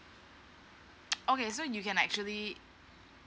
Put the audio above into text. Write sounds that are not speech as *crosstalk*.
*noise* okay so you can actually